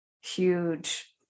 huge